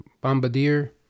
Bombardier